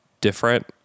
different